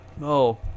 No